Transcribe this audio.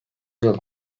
yıl